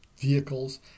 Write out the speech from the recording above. vehicles